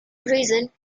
reason